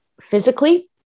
physically